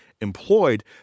employed